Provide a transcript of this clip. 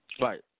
Right